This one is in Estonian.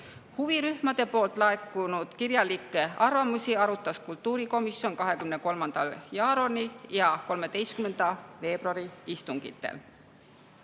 Huvirühmadelt laekunud kirjalikke arvamusi arutas kultuurikomisjon 23. jaanuari ja 13. veebruari istungitel.